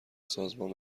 سازمان